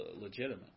legitimate